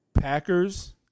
Packers